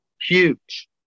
huge